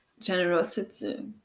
Generosity